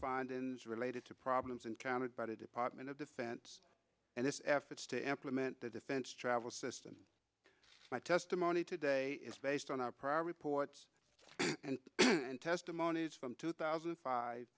finding related to problems encountered by the department of defense and its efforts to implement the defense travel system my testimony today is based on our prior reports and testimonies from two thousand and five